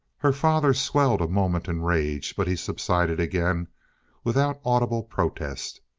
her father swelled a moment in rage, but he subsided again without audible protest.